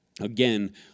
Again